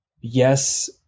yes